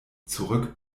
zurück